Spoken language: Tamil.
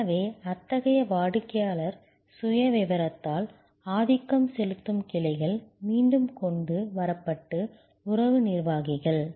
எனவே அத்தகைய வாடிக்கையாளர் சுயவிவரத்தால் ஆதிக்கம் செலுத்தும் கிளைகள் மீண்டும் கொண்டு வரப்பட்ட உறவு நிர்வாகிகள்